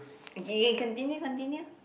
okay continue continue